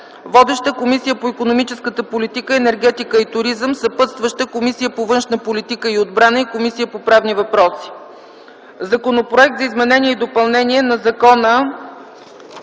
Водеща е Комисията по икономическата политика, енергетика и туризъм, съпътстващи са Комисията по външна политика и отбрана и Комисията по правни въпроси. Законопроект за изменение и допълнение на Закона